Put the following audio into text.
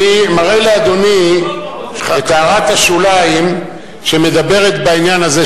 אני מראה לאדוני את הערת השוליים שמדברת בעניין הזה,